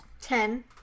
Ten